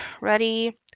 ready